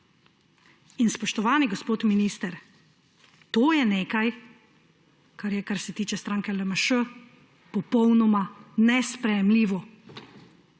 Spoštovani gospod minister, to je nekaj, kar je, kar se tiče stranke LMŠ, popolnoma nesprejemljivo.